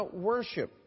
worship